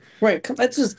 Right